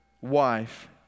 wife